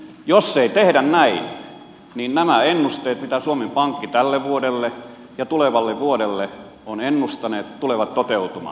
jos ei tehdä näin niin nämä ennusteet mitä suomen pankki tälle vuodelle ja tulevalle vuodelle on tehnyt tulevat toteutumaan